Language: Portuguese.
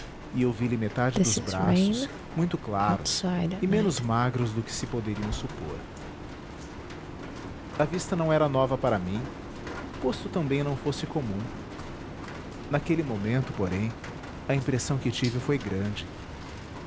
e eu vi-lhe metade dos braços muito claros e menos magros do que se poderiam supor a vista não era nova para mim posto também não fosse comum naquele momento porém a impressão que tive foi grande